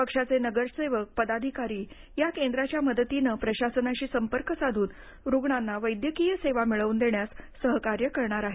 पक्षाचे नगरसेवक पदाधिकारी या केंद्राच्या मदतीने प्रशासनाशी संपर्क साधून रुग्णांना वैद्यकीय सेवा मिळवून देण्यास सहकार्य करणार आहेत